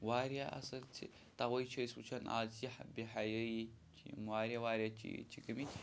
واریاہ اَثر چھِ تَوَے چھِ أسۍ وٕچھان آز کیٛاہ بے حیٲیی چھِ یِم واریاہ واریاہ چیٖز چھِ گٔمٕتۍ